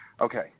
Okay